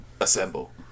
assemble